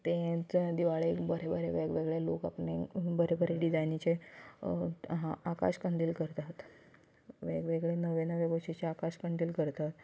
तेच दिवाळेक बरे बरे बरे वेगवेगळे लोक आपणाले बरे बरे डिजायनीचे आकाशकंदील करतात वेगवेगळे नवे नवे गोश्टीचे आकाशकंदील करतात